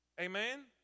Amen